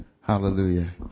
hallelujah